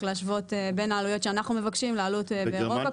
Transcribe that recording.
להשוות בין העלויות שאנחנו מבקשים לעלות באירופה.